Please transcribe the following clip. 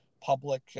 public